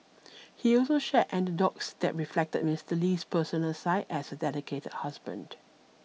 he also shared anecdotes that reflected Mister Lee's personal side as a dedicated husband